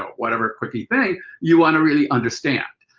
ah whatever quickie thing. you want to really understand.